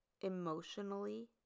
emotionally